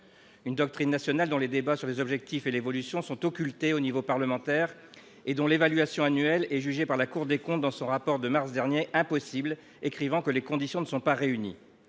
une doctrine nationale dont les débats sur les objectifs et l’évolution sont occultés à l’échelon parlementaire et dont l’évaluation annuelle est jugée par la Cour des comptes, dans son rapport de mars dernier, comme impossible, les conditions n’étant pas réunies.